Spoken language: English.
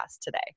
today